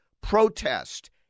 protest